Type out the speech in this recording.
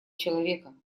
человека